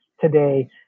today